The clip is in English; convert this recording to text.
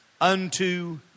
unto